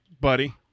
buddy